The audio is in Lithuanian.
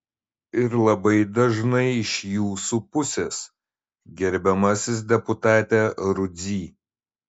ir labai dažnai iš jūsų pusės gerbiamasis deputate rudzy